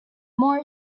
more